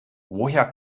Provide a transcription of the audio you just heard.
woher